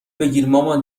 بگیرمامان